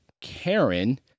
Karen